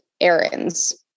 errands